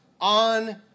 on